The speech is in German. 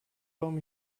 warum